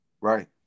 right